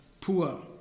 poor